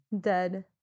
Dead